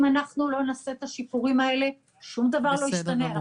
אם אנחנו לא נעשה את השיפורים האלה שום דבר לא ישתנה.